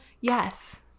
Yes